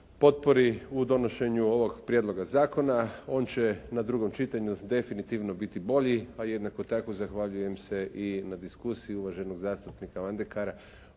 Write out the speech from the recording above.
potpori u donošenju ovog prijedloga zakona. On će na drugom čitanju definitivno biti bolji pa jednako tako zahvaljujem se i na diskusiji uvaženog zastupnika Mondekara,